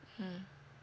mmhmm